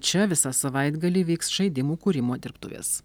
čia visą savaitgalį vyks žaidimų kūrimo dirbtuvės